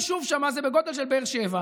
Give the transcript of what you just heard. שאני זכיתי להיות בין מקימי תנועת רגבים,